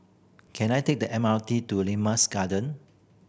can I take the M R T to Lima's Garden